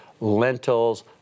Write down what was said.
lentils